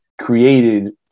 created